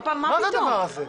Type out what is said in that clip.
מה פתאום?